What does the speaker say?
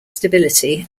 stability